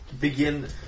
begin